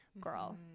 girl